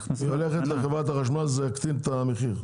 היא הולכת לחברת החשמל, זה יקטין את המחיר.